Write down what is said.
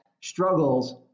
struggles